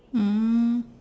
mm